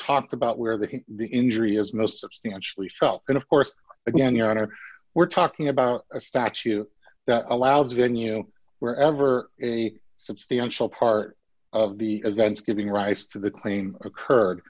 talked about where the the injury is no substantially fell and of course again your honor we're talking about a statue that allows a venue wherever a substantial part of the events giving rise to the claim occurred